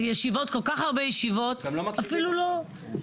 זה ישיבות כל כך הרבה ישיבות אפילו לא אפילו